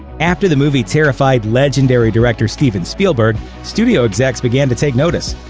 after the movie terrified legendary director steven spielberg, studio execs began to take notice.